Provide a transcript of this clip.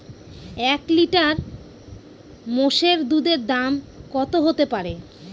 এক লিটার মোষের দুধের দাম কত হতেপারে?